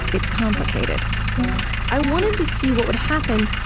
it's complicated i wanted to see what would happen,